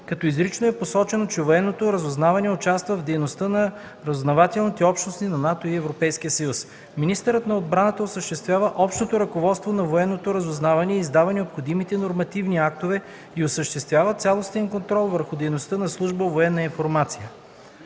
като изрично е посочено, че военното разузнаване участва в дейността на разузнавателните общности на НАТО и Европейския съюз. Министърът на отбраната осъществява общото ръководство на военното разузнаване и издава необходимите нормативни актове и осъществява цялостен контрол върху дейността на служба „Военна информация”.